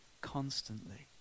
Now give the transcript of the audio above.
constantly